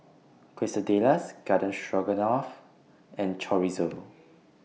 Quesadillas Garden Stroganoff and Chorizo